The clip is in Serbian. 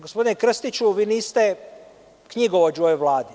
Gospodine Krstiću, vi niste knjigovođa u ovoj Vladi.